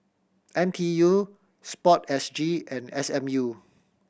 N T U Sport S G and S M U